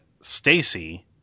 Stacy